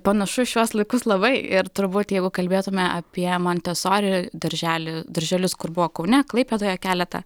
panašu į šiuos laikus labai ir turbūt jeigu kalbėtumėme apie montesori darželį darželius kur buvo kaune klaipėdoje keletą